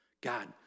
God